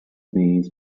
knees